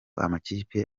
amakipe